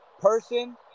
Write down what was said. person